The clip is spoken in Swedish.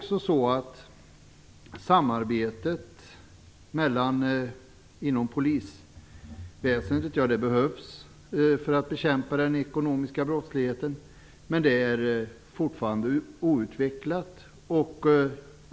Samarbetet inom polisväsendet behövs för att bekämpa den ekonomiska brottsligheten, men det är fortfarande outvecklat.